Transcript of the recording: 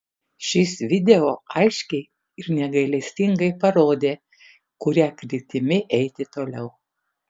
šis video aiškiai ir negailestingai parodė kuria kryptimi eiti toliau